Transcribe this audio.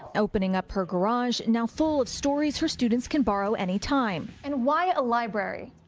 opening up her garage. now, full of stories her students can borrow, anytime. and why a library?